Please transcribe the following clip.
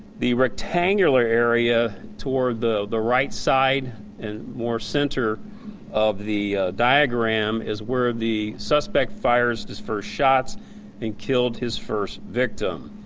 the rectangular area toward the the right side and more center of the diagram is where the suspect fires the first shots and killed his first victim.